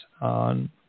on